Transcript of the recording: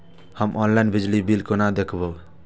हम ऑनलाईन बिजली बील केना दूखमब?